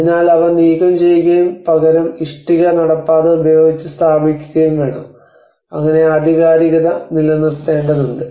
അതിനാൽ അവ നീക്കംചെയ്യുകയും പകരം ഇഷ്ടിക നടപ്പാത ഉപയോഗിച്ച് സ്ഥാപിക്കുകയും വേണം അങ്ങനെ ആധികാരികത നിലനിർത്തേണ്ടതുണ്ട്